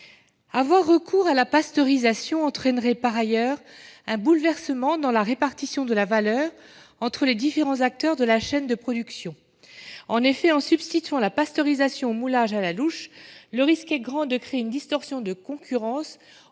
Avoir recours à la pasteurisation entraînerait également un bouleversement dans la répartition de la valeur entre les différents acteurs de la chaîne de production. En effet, en substituant la pasteurisation au moulage à la louche, le risque est grand de créer une distorsion de concurrence